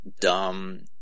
dumb